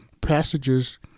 passages